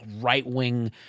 right-wing